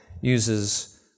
uses